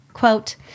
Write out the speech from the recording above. Quote